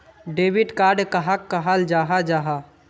Debit card कहाक कहाल जाहा जाहा?